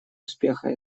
успеха